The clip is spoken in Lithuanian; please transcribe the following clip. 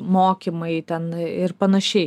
mokymai ten ir panašiai